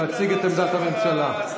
להציג את עמדת הממשלה.